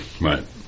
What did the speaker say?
right